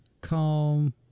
calm